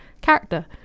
character